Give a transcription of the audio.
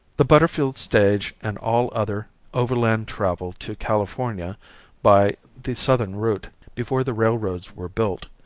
the butterfield stage and all other overland travel to california by the southern route before the railroads were built,